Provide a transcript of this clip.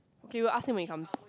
K we'll ask him when he comes